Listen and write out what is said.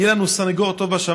יהיה לנו סניגור טוב בשמיים.